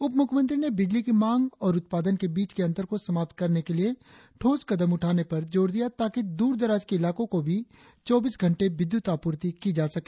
उपमुख्यमंत्री ने बिजली की मांग और उत्पादन के बीच के अंतर को समाप्त करने के लिए ठोस कदम उठाने पर जोर दिया ताकि दूर दराज के इलाकों को भी चौबीस घंटे विद्युत आपूर्ति की जा सके